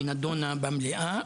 והיא נדונה במליאה,